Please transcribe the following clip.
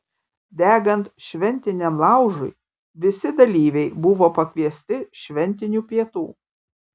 degant šventiniam laužui visi dalyviai buvo pakviesti šventinių pietų